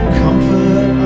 comfort